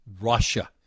Russia